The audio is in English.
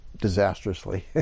disastrously